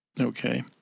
Okay